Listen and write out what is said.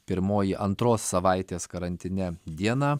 pirmoji antros savaitės karantine dieną